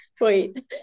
Wait